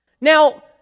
Now